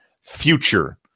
future